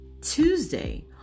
Tuesday